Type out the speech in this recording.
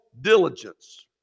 diligence